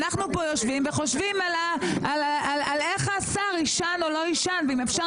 אנחנו פה יושבים וחושבים על איך השר יישן או לא יישן ועל האם אפשר